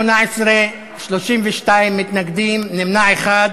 בעד 18, 32 מתנגדים, נמנע אחד.